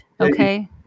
Okay